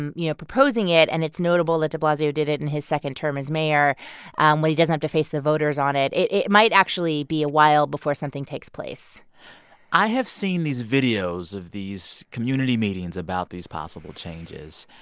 you know, proposing it and it's notable that de blasio did it in his second term as mayor when he doesn't have to face the voters on it it it might actually be a while before something takes place i have seen these videos of these community meetings about these possible changes.